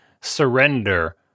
surrender